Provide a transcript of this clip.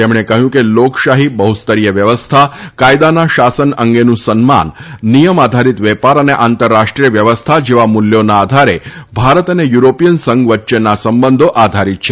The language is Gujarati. તેમણે કહ્યું કે લોકશાહી બહ્સ્તરીય વ્યવસ્થા કાયદાના શાસન અંગેનું સન્માન નિયમ આધારીત વેપાર તથા આંતરરાષ્ટ્રીય વ્યવસ્થા જેવા મુલ્યોના આધારે ભારત અને યુરોપીયન સંઘ વચ્ચેના સંબંધો આધારીત છે